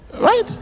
right